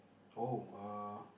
oh uh